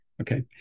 Okay